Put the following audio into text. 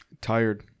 tired